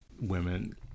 women